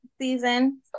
season